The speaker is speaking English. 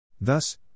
Thus